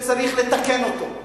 צריך לתקן אותו.